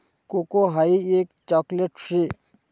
cocoa हाई एक chocolate शे